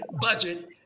budget